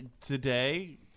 today